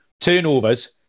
turnovers